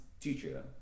teacher